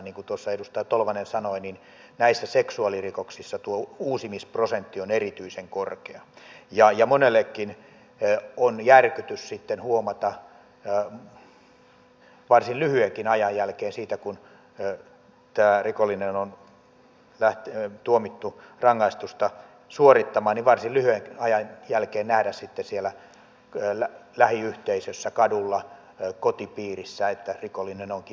niin kuin tuossa edustaja tolvanen sanoi näissä seksuaalirikoksissa uusimisprosentti on erityisen korkea ja monellekin on järkytys sitten nähdä varsin lyhyenkin ajan jälkeen siitä kun tämä rikollinen on tuomittu rangaistusta suorittamaan varsin lyhyen ajan jälkeen ärsytti sillä siellä lähiyhteisössä kadulla kotipiirissä että rikollinen onkin vapaana